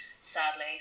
sadly